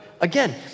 again